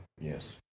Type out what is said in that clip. Yes